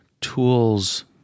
tools